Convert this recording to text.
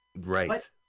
Right